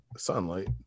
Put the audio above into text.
Sunlight